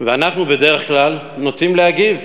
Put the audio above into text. ואנחנו בדרך כלל נוטים להגיב.